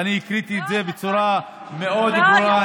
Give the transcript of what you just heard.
ואני הקראתי את זה בצורה מאוד ברורה,